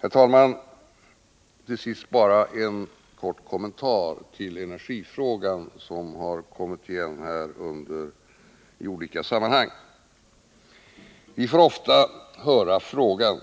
Herr talman! Till sist bara en kort kommentar till energifrågan, som kommit in i debatten i olika sammanhang. Vi får ofta höra frågan,